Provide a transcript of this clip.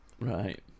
Right